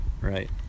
Right